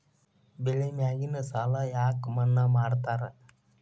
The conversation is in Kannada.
ಬೆಳಿ ಮ್ಯಾಗಿನ ಸಾಲ ಯಾಕ ಮನ್ನಾ ಮಾಡ್ತಾರ?